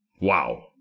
Wow